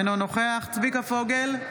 אינו נוכח צביקה פוגל,